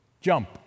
jump